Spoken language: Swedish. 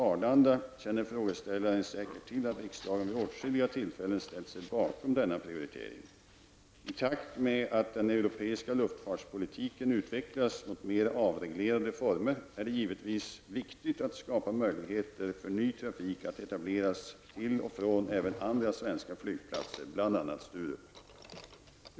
Arlanda känner frågeställaren säkert till att riksdagen vid åtskilliga tillfällen ställt sig bakom denna prioritering. I takt med att den europeiska luftfartspolitiken utvecklas mot mer avreglerade former är det givetvis viktigt att skapa möjligheter för ny trafik att etableras till och från även andra svenska flygplatser, bl.a. Sturup.